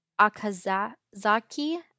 akazaki